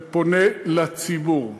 אני מנצל את ההזדמנות ופונה לציבור,